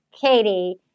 Katie